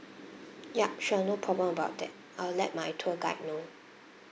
yup sure no problem about that I'll let my tour guide know